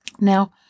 Now